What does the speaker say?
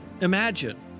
Imagine